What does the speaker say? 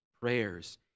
prayers